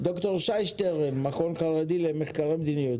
ד"ר שי שטרן, המכון החרדי למחקרי מדיניות.